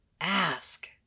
Ask